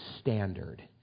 standard